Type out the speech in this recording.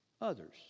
others